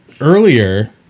earlier